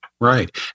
Right